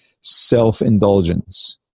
self-indulgence